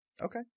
Okay